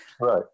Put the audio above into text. Right